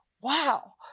wow